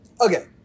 Okay